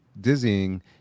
dizzying